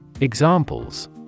Examples